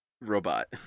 robot